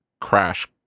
crash